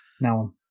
Now